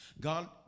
God